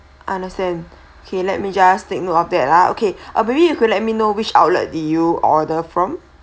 understand okay let me just take note of that lah okay ah maybe you could let me know which outlet did you order from